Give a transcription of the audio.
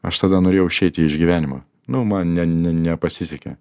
aš tada norėjau išeiti iš gyvenimo nu man ne ne nepasisekė